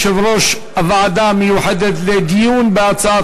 יושב-ראש הוועדה המיוחדת לדיון בהצעת